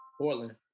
Portland